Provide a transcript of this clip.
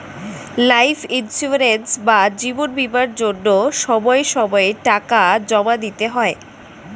life insurance বা জীবন বীমার জন্য সময় সময়ে টাকা জমা দিতে হয়